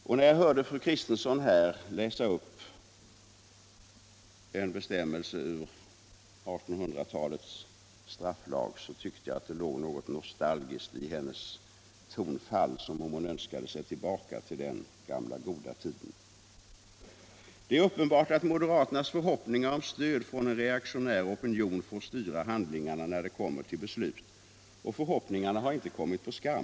Och när jag hörde fru Kristensson här läsa upp en bestämmelse ur 1800-talets strafflag tyckte jag att det låg något nostalgiskt i hennes tonfall, som om hon önskade sig tillbaka till den gamla goda tiden. Det är uppenbart att moderaternas förhoppningar om stöd från en reaktionär opinion får styra handlingarna när det kommer till beslut. Och förhoppningarna har inte kommit på skam.